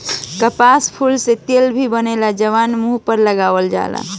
कपास फूल से तेल भी बनेला जवना के मुंह पर लगावल जाला